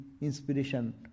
inspiration